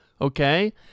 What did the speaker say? okay